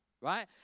right